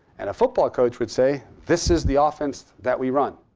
and a football coach would say, this is the offense that we run.